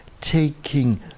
taking